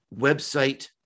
website